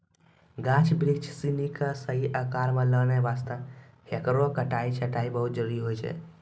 गाछ बिरिछ सिनि कॅ सही आकार मॅ लानै वास्तॅ हेकरो कटाई छंटाई बहुत जरूरी होय छै